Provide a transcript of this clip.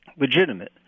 legitimate